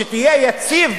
ושיהיה נציב,